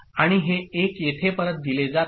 आणि हे 1 येथे परत दिले जाते